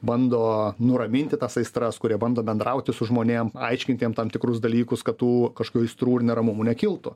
bando nuraminti tas aistras kurie bando bendrauti su žmonėm aiškint jiem tam tikrus dalykus kad tų kažkokių aistrų ir neramumų nekiltų